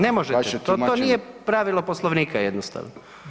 Ne možete, to nije pravilo Poslovnika jednostavno.